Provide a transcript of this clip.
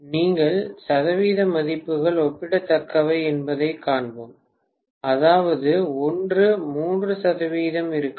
நீங்கள் சதவீத மதிப்புகள் ஒப்பிடத்தக்கவை என்பதைக் காண்போம் அதாவது ஒன்று 3 சதவிகிதம் இருக்கலாம்